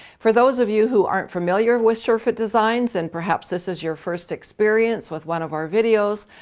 for those of you who aren't familiar with sure-fit designs and perhaps this is your first experience with one of our videos,